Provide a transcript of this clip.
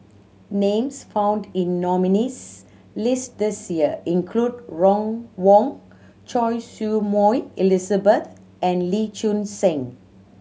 names found in nominees' list this year include Ron Wong Choy Su Moi Elizabeth and Lee Choon Seng